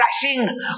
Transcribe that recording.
crashing